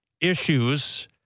issues